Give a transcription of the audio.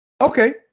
Okay